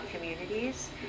communities